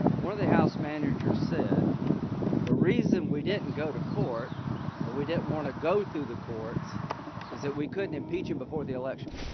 one of the house managers said the reason we didn't go to court and we didn't want to go through the courts is that we couldn't impeach them before the election.